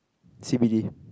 C_B_D